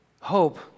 hope